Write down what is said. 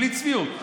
בלי צביעות,